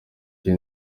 cye